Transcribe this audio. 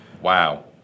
Wow